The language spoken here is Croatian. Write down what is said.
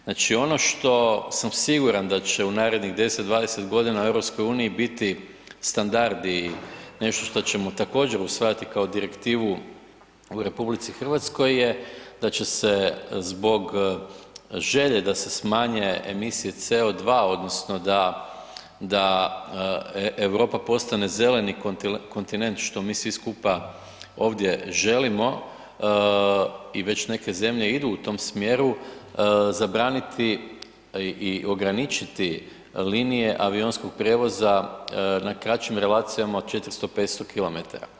Znači ono što sam siguran da će u narednih 10, 20 godina u EU biti standardi, nešto što ćemo također usvajati kao direktivu u RH je da će se zbog želje da se smanje emisije CO2 odnosno da Europa postane zeleni kontinent što mi svi skupa ovdje želimo i već neke zemlje idu u tom smjeru zabraniti i ograničiti linije avionskog prijevoza na kraćim relacijama od 400, 500 km.